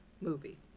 movie